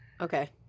Okay